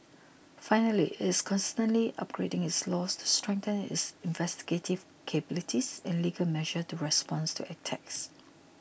finally it's constantly upgrading its laws to strengthen its investigative capabilities and legal measures to respond to attacks